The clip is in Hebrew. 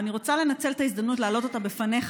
ואני רוצה לנצל את ההזדמנות להעלות אותה בפניך,